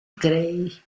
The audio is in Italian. grey